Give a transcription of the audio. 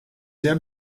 sehr